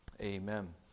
Amen